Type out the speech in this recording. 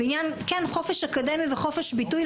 חופש אקדמי וחופש הביטוי.